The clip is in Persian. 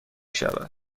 شود